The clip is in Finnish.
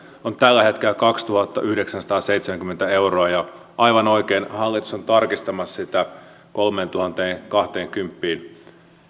on tällä hetkellä kaksituhattayhdeksänsataaseitsemänkymmentä euroa ja aivan oikein hallitus on tarkistamassa sitä kolmeentuhanteenkahteenkymmeneen